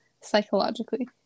psychologically